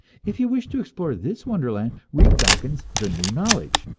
if you wish to explore this wonderland, read duncan's the new knowledge,